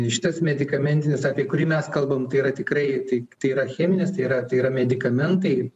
šitas medikamentinis apie kurį mes kalbam tai yra tikrai tai tai yra cheminis tai yra tai yra medikamentai